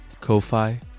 Ko-Fi